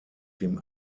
dem